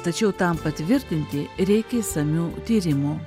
tačiau tam patvirtinti reikia išsamių tyrimų